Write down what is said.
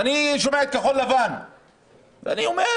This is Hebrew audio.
אני שומע